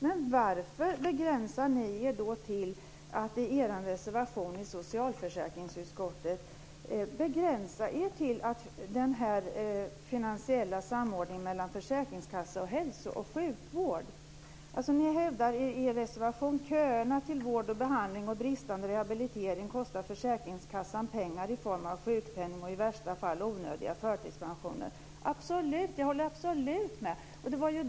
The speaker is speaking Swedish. Men varför begränsar ni er i er reservation i socialförsäkringsutskottet till den finansiella samordningen mellan försäkringskassan och hälso och sjukvården? Ni hävdar i er reservation att köerna till vård och behandling och bristande rehabilitering kostar försäkringskassan pengar i form av utbetalning av sjukpenning och i värsta fall onödiga förtidspensioneringar. jag håller absolut med om det.